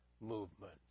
movement